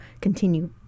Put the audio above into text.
continue